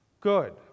good